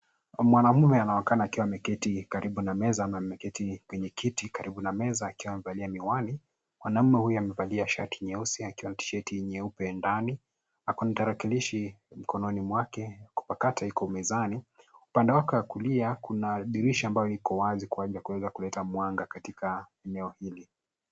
Mwanaume anaonekana akiwa ameketi karibu na meza ama ameketi kwenye kiti karibu na meza akiwa amevalia miwani, mwanaume huyu amevalia shati nyeusi akiwa na tishati nyeupe ndani ako na tarakilishi mkononi mwake, mpakato iko mezani, upande wake wa kulia kuna dirisha ambayo iko wazi kwa aajili ya kuleta mwanga katika eneo hili.